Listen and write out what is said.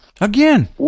again